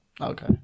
Okay